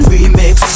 Remix